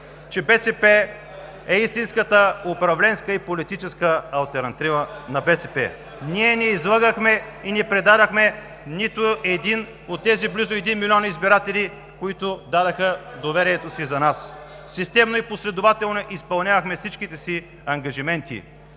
че БСП е истинската управленска и политическа алтернатива на ГЕРБ. Ние не излъгахме и не предадохме нито един от тези близо 1 млн. избиратели, които дадоха доверието си за нас. Системно и последователно изпълнявахме всичките си ангажименти